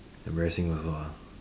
embarrassing also ah